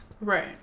Right